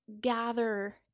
gather